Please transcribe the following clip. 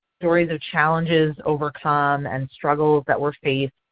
stories of challenges overcome and struggles that were faced.